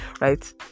right